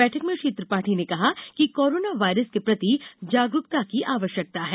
बैठक में श्री त्रिपाठी ने कहा कि कोरोना वायरस के प्रति जागरूकता की आवश्यकता है